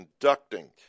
conducting